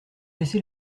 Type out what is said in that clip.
laisser